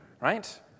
right